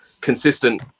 consistent